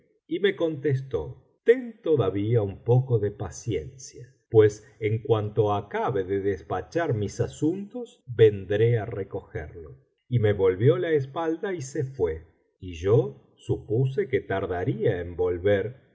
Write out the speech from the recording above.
y me contestó ten todavía un poco de paciencia pues en cuanto acabe de despachar mis asuntos vendré á recogerlo y me volvió la espalda y se fué y yo supuse que tardaría